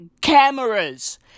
cameras